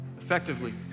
effectively